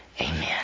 amen